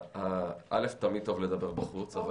תמיד טוב לדבר בחוץ.